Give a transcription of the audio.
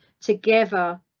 together